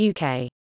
UK